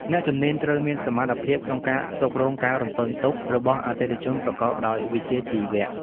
អ្នកជំនាញត្រូវមានសមត្ថភាពក្នុងការគ្រប់គ្រងការរំពឹងទុករបស់អតិថិជនប្រកបដោយវិជ្ជាជីវៈ។